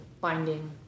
binding